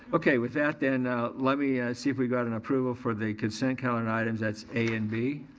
okay, with that then let me see if we've got an approval for the consent calendar items, that's a and b.